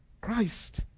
Christ